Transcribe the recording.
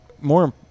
more